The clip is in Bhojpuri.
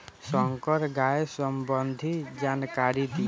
संकर गाय संबंधी जानकारी दी?